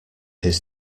his